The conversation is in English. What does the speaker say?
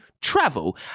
travel